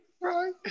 Right